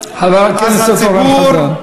אז הציבור,